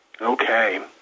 Okay